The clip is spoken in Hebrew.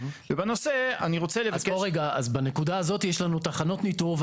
יש לנו תחנות ניטור.